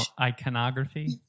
iconography